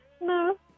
No